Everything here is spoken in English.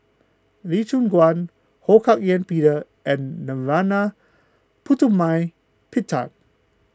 Lee Choon Guan Ho Hak Ean Peter and Narana Putumaippittan